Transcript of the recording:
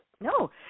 No